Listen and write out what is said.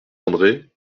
andré